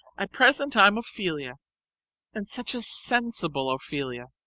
at present i'm ophelia and such a sensible ophelia!